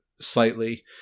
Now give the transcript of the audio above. slightly